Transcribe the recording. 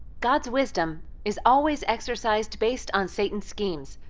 god's wisdom is always exercised based on satan's schemes.